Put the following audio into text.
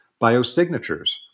biosignatures